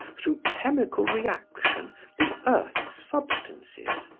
through chemical reaction, the earth's substances,